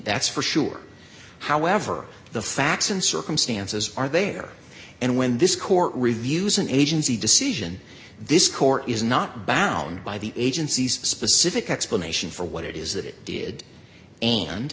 that's for sure however the facts and circumstances are there and when this court reviews an agency decision this court is not bound by the agency's specific explanation for what it is that it did and